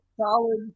solid